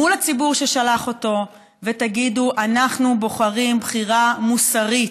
מול הציבור ששלח אותו ותגידו: אנחנו בוחרים בחירה מוסרית.